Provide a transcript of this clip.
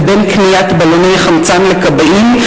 לבין קניית בלוני חמצן לכבאים,